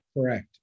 Correct